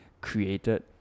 created